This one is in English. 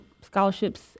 scholarships